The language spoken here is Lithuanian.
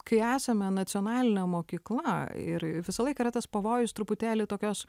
kai esame nacionalinė mokykla ir visą laiką yra tas pavojus truputėlį tokios